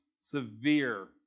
severe